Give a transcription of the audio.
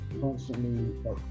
constantly